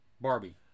Barbie